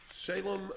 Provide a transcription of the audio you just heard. Salem